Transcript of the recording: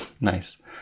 Nice